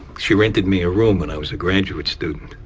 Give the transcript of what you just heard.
she rented me a room when i was a graduate student.